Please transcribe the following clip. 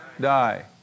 die